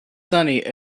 sunny